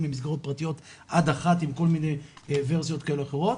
למסגרות פרטיות עד אחת עם כל מיני ורסיות כאלה ואחרות.